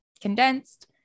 condensed